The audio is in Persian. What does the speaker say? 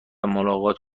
ملاقات